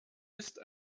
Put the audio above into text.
ist